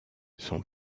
son